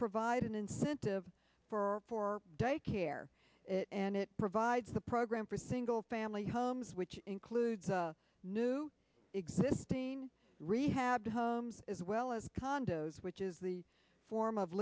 provide an incentive for for daycare and it provides the program for think family homes which includes new existing rehab homes as well as condos which is the form of